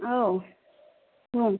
औ बुं